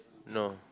no